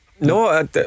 No